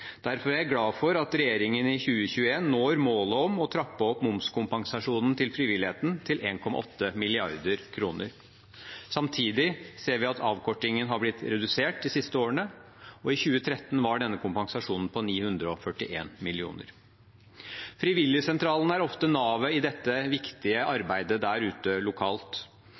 Derfor er jeg glad for at regjeringen i 2021 når målet om å trappe opp momskompensasjonen til frivilligheten til 1,8 mrd. kr. Samtidig ser vi at avkortingen har blitt redusert de siste årene. I 2013 var denne kompensasjonen på 941 mill. kr. Frivilligsentralene er ofte navet i dette viktige arbeidet der ute lokalt.